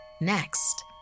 Next